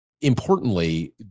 importantly